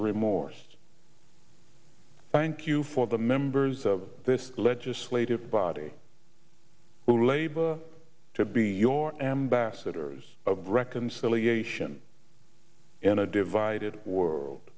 remorse thank you for the members of this legislative body who labor to be your ambassadors of reconciliation in a divided world